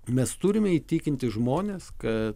mes turime įtikinti žmones ka